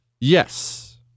Yes